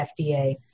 FDA